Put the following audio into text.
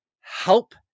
help